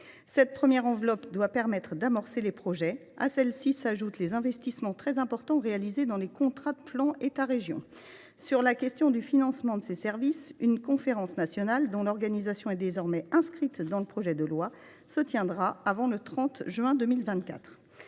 Cette première enveloppe doit permettre d’amorcer les projets. À celle ci s’ajoutent les investissements très importants réalisés dans les contrats de plan État région. Pour ce qui concerne la question du financement de ces services, une conférence nationale, dont l’organisation est inscrite dans la proposition de loi, se tiendra avant le 30 juin 2024.